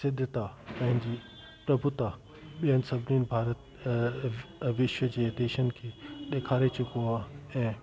सिधियता पंहिंजी प्रफुता ॿेअनि सभिनीनि भारत विश्व जे देशनि खे ॾेखारे चुको आहे ऐं